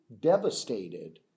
devastated